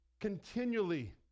Continually